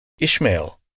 Ishmael